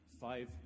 five